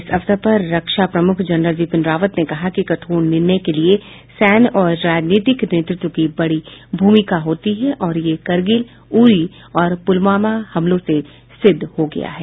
इस अवसर पर रक्षा प्रमुख जनरल बिपिन रावत ने कहा कि कठोर निर्णय के लिए सैन्य और राजनीतिक नेतृत्व की बड़ी भूमिका होती है और ये करगिल उरी और पुलवामा हमलों से सिद्ध हो गया है